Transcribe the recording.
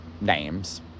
names